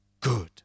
good